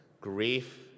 grief